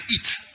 eat